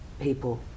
people